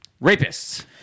Rapists